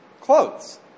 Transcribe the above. Clothes